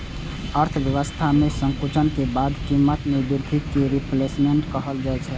अर्थव्यवस्था मे संकुचन के बाद कीमत मे वृद्धि कें रिफ्लेशन कहल जाइ छै